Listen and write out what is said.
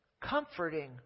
Comforting